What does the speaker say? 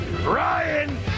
Ryan